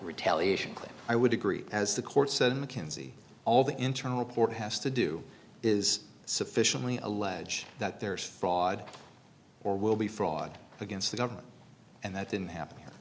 retaliation claim i would agree as the court said mckinsey all the internal report has to do is sufficiently allege that there is fraud or will be fraud against the government and that didn't happen here